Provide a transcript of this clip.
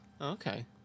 Okay